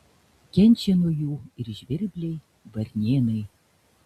kenčia nuo jų ir žvirbliai varnėnai